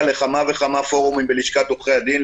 לכמה וכמה פורומים מקצועיים בלשכת עורכי הדין.